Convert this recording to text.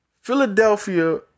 Philadelphia